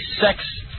sex